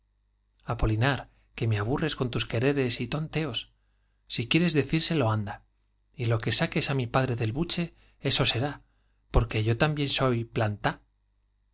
apolinar qp e me aburres con tus quereres y tonteos si quieres decírselo anda y lo que saques á mi padre del buche eso será porque yo también soy plantá